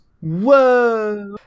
Whoa